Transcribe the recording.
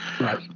Right